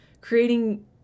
creating